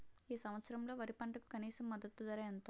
ఈ సంవత్సరంలో వరి పంటకు కనీస మద్దతు ధర ఎంత?